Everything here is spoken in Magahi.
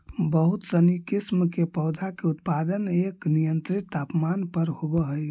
बहुत सनी किस्म के पौधा के उत्पादन एक नियंत्रित तापमान पर होवऽ हइ